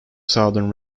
southern